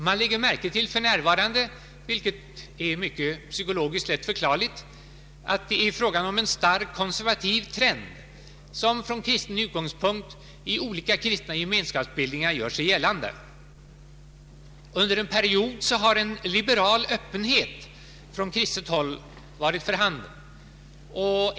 Man lägger just nu märke till, vilket är psykologiskt lätt förklarligt, att det är fråga om en stark konservativ trend, som från kristen utgångspunkt gör sig gällande i olika kristna gemenskapsbildningar. Under en period har en liberal öppenhet från kristet håll varit för handen.